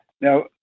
now